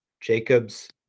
Jacob's